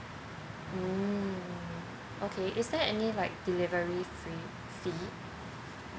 mm okay is there any like delivery free fee